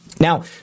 now